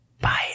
Bye